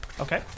Okay